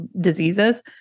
diseases